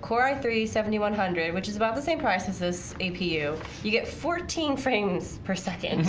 core i three seventy one hundred. which is about the same price as this apu you you get fourteen frames per second?